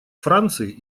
франции